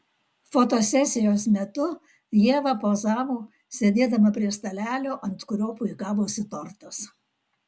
fotosesijos metu ieva pozavo sėdėdama prie stalelio ant kurio puikavosi tortas